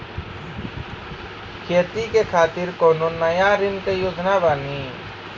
खेती के खातिर कोनो नया ऋण के योजना बानी?